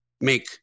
make